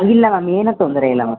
ಇಲ್ಲ ಮ್ಯಾಮ್ ಏನೂ ತೊಂದರೆ ಇಲ್ಲ ಮ್ಯಾಮ್